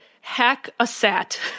Hack-A-Sat